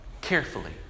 carefully